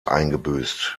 eingebüßt